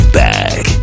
back